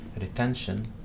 retention